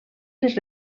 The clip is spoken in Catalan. les